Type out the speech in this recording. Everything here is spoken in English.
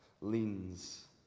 leans